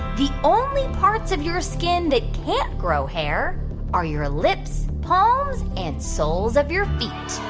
the only parts of your skin that can't grow hair are your lips, palms and soles of your feet?